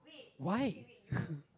why